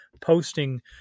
posting